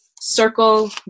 circle